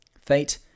Fate